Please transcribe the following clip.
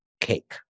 cake